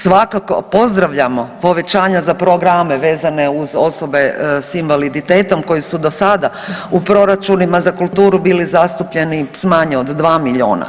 Svakako pozdravljamo povećanja za programe vezane uz osobe s invaliditetom koji su do sada u proračunima za kulturu bili zastupljeni s manje od 2 milijuna.